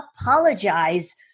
apologize